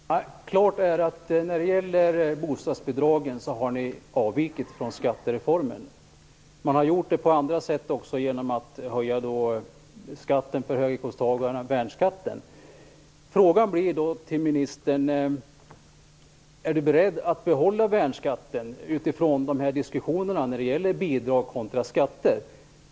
Herr talman! Klart är att ni när det gäller bostadsbidragen har avvikit från skattereformen. Ni har gjort det på andra sätt också, t.ex. genom att höja skatten för höginkomsttagarna - värnskatten. Är ministern beredd att behålla värnskatten, med tanke på diskussionerna om bidrag kontra skatter?